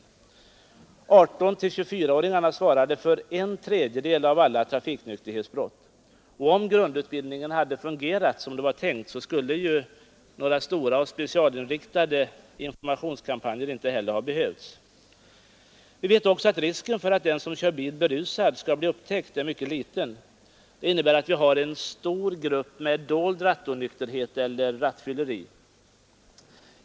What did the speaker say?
Personer i åldern 18—24 år svarade för en tredjedel av alla trafiknykterhetsbrott. Om grundutbildningen hade fungerat som det var tänkt så skulle ju några stora och specialinriktade informationskampanjer inte heller ha behövts. Vi vet också att risken för att den som kör bil berusad skall bli upptäckt är mycket liten. Det innebär att vi har en stor grupp dold rattonykterhet eller dolt rattfylleri.